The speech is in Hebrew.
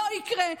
לא יקרה.